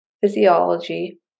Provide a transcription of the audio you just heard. physiology